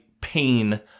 pain